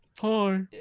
Hi